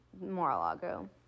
Mar-a-Lago